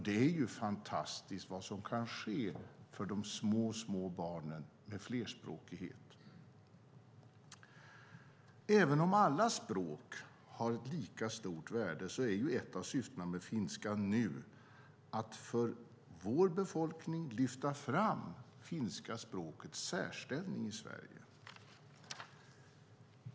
Det är fantastiskt att se vad som kan ske för de små barnen med flerspråkighet! Även om alla språk har ett lika stort värde är ett av syftena med Finska nu att för vår befolkning lyfta fram det finska språkets särställning i Sverige.